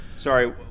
Sorry